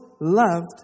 loved